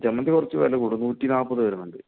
ജമന്തി കുറച്ച് വില കൂടും നൂറ്റി നാപ്പത് വരുന്നുണ്ട്